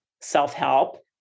Self-Help